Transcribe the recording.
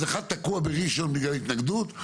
אז אחד תקוע בראשון, בגלל התנגדות.